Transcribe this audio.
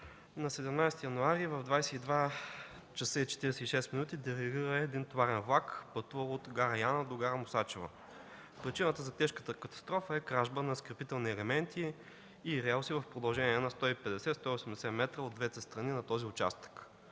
На 17 януари в 22,46 ч. дерайлира товарен влак, пътувал от гара Яна до гара Мусачево. Причината за тежката катастрофа е кражба на скрепителни елементи и релси в продължение на 150–180 м от двете страни на участъка.